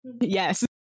Yes